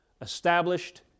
established